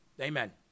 Amen